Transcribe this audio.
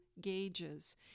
gauges